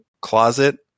closet